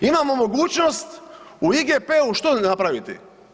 Imamo mogućnost u IGP-u što ne napraviti?